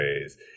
ways